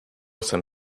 jsem